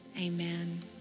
amen